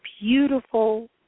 beautiful